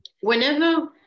Whenever